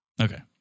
Okay